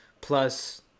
plus